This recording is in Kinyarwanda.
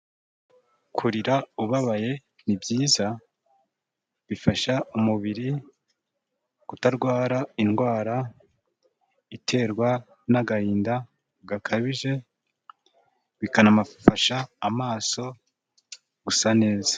Kurira ubabaye ni byiza, bifasha umubiri kutarwara indwara iterwa n'agahinda gakabije, bikanafasha amaso gusa neza.